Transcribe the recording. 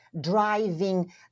driving